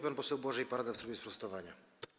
Pan poseł Błażej Parda w trybie sprostowania.